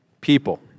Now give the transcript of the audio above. people